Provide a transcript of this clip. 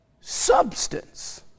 substance